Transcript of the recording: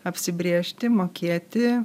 apsibrėžti mokėti